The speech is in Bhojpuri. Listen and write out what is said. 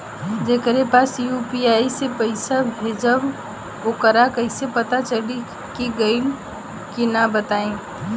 जेकरा पास यू.पी.आई से पईसा भेजब वोकरा कईसे पता चली कि गइल की ना बताई?